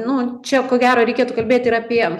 nu čia ko gero reikėtų kalbėt ir apie